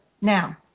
now